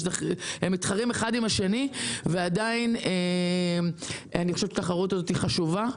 הם מתחרים אחד עם השני ועדיין אני חושבת שהתחרות הזאת היא חשובה.